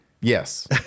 Yes